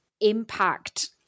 impact